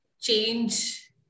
change